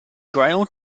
grail